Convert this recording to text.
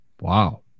Wow